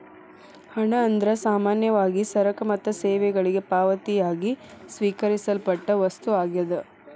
ಹಣ ಅಂದ್ರ ಸಾಮಾನ್ಯವಾಗಿ ಸರಕ ಮತ್ತ ಸೇವೆಗಳಿಗೆ ಪಾವತಿಯಾಗಿ ಸ್ವೇಕರಿಸಲ್ಪಟ್ಟ ವಸ್ತು ಆಗ್ಯಾದ